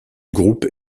groupe